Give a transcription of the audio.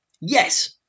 Yes